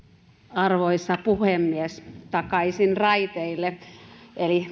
arvoisa puhemies takaisin raiteille eli